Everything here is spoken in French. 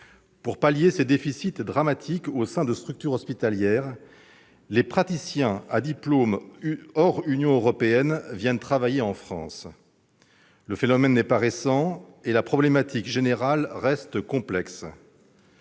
Pour pallier ces déficits dramatiques au sein de structures hospitalières, les praticiens à diplôme hors Union européenne viennent travailler en France. Le phénomène n'est pas récent et la problématique générale reste complexe.